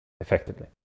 effectively